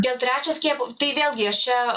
dėl trečio skiepo tai vėlgi aš čia